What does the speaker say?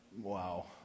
Wow